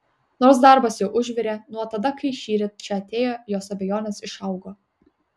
nors darbas jau užvirė nuo tada kai šįryt čia atėjo jos abejonės išaugo